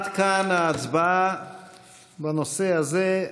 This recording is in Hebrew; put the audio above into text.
עד כאן ההצבעה בנושא הזה.